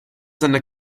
seine